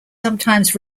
sometimes